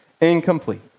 incomplete